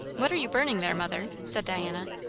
what are you burning there, mother? said diana.